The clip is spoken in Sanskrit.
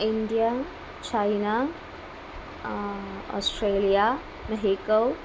India China Australia Mexico